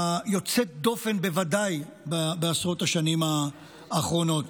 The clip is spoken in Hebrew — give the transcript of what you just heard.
היוצאת-דופן, בוודאי בעשרות השנים האחרונות.